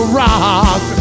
rock